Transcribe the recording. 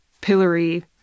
pillory